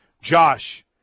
Josh